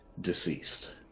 deceased